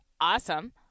Awesome